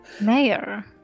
Mayor